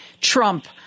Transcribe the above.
Trump